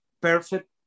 perfect